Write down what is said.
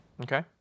Okay